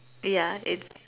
ya it's